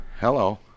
hello